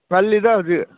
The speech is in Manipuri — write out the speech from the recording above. ꯉꯜꯂꯤꯗ ꯍꯧꯖꯤꯛ